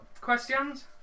questions